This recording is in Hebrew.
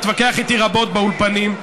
התווכח איתי רבות באולפנים,